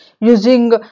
using